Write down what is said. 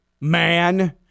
man